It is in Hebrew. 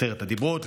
עשרת הדיברות,